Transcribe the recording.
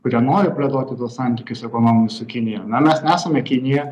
kurie nori plėtoti tuos santykius ekonominius su kinija na mes nesame kinija